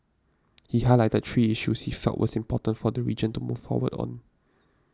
he highlighted three issues he felt was important for the region to move forward on